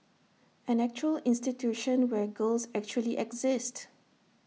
an actual institution where girls actually exist